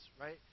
right